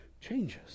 changes